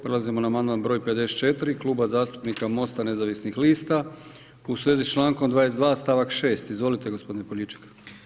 Prelazimo na amandman broj 54 Kluba zastupnika Mosta nezavisnih lista u svezi s člankom 22. stavak 6. Izvolite gospodine Poljičak.